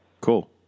cool